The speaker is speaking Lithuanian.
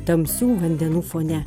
tamsių vandenų fone